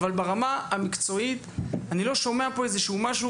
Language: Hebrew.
ברמה המקצועית אני לא שומע פה איזשהו משהו,